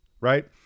right